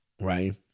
right